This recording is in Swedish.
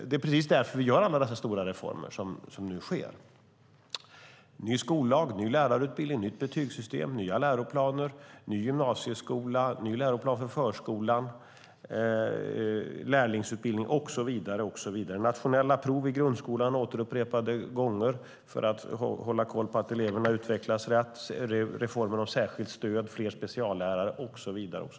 Det är därför vi gör alla dessa stora reformer - ny skollag, ny lärarutbildning, nytt betygssystem, nya läroplaner, ny gymnasieskola, ny läroplan för förskolan, lärlingsutbildning, nationella prov i grundskolan upprepade gånger för att hålla koll på att eleverna utvecklas väl, reform om särskilt stöd, fler speciallärare och så vidare.